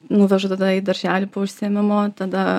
nuvežu tada į darželį po užsiėmimo tada